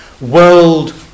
World